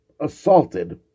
assaulted